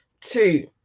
Two